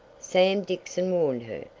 sam dixon warned her.